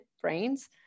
brains